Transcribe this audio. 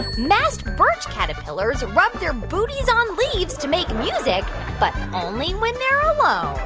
masked birch caterpillars rub their booties on leaves to make music but only when they're alone?